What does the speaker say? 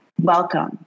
welcome